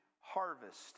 harvest